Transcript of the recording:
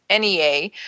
NEA